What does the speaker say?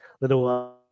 little